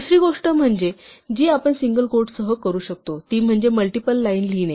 दुसरी गोष्ट जी आपण सिंगल क्वोट्ससह करू शकतो ती म्हणजे मल्टिपल लाईन लिहिणे